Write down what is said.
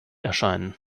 erscheinen